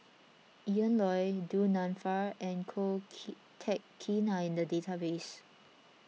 Ian Loy Du Nanfa and Ko Kin Teck Kin are in the database